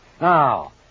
Now